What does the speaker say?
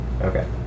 Okay